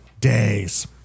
days